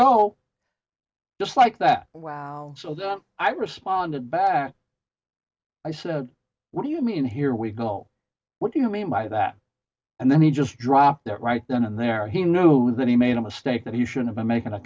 go just like that wow so then i responded back i said what do you mean here we go what do you mean by that and then he just dropped it right then and there he knew that he made a mistake that he should have been making a